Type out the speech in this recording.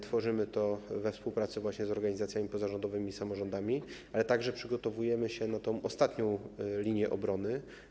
Tworzymy to we współpracy właśnie z organizacjami pozarządowymi i samorządami, ale także przygotowujemy tę ostatnią linię obrony.